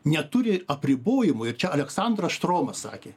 neturi apribojimų ir čia aleksandras štromas sakė